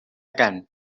can